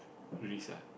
risk ah